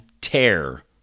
tear